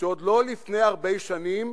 שעד לא לפני הרבה שנים